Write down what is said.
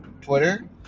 Twitter